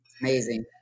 Amazing